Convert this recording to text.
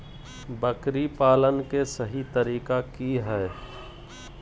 बकरी पालन के सही तरीका की हय?